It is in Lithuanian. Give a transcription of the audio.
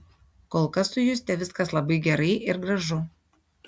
kol kas su juste viskas labai gerai ir gražu